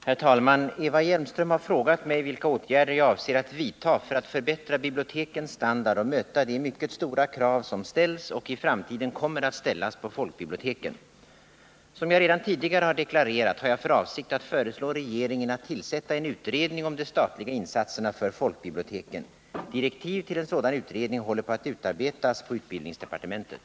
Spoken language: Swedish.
Herr talman! Eva Hjelmström har frågat mig vilka åtgärder jag avser att vidta för att förbättra bibliotekens standard och möta de mycket stora krav som ställs och i framtiden kommer att ställas på folkbiblioteken. Som jag redan tidigare har deklarerat har jag för avsikt att föreslå regeringen att tillsätta en utredning om de statliga insatserna för folkbiblioteken. Direktiv till en sådan utredning håller på att utarbetas på utbildningsdepartementet.